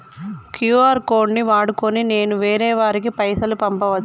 QR code ను వాడుకొని నేను వేరే వారికి పైసలు పంపచ్చా?